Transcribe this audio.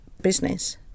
business